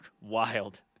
wild